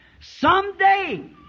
Someday